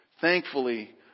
Thankfully